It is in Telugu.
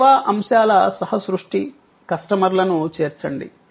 సేవా అంశాల సహ సృష్టి కస్టమర్లను చేర్చండి